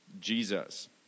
Jesus